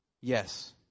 Yes